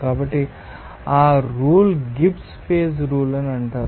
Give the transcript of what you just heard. కాబట్టి ఆ rule Gibbs phase rule అంటారు